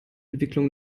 entwicklung